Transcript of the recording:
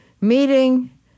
meeting